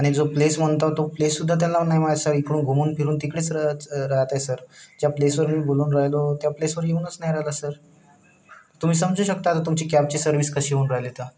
आणि जो प्लेस म्हणतो तो प्लेस सुद्धा त्यांना नाही माहित सर इकडून घुूमुन फिरून तिकडेच रा राहतय सर त्या प्लेसवर मी बोलून राहिलो त्या प्लेसवर येऊनच नाही राहिला सर तुम्ही समजू शकता आता तुमची कॅबची सर्विस कशी येऊन राहिली त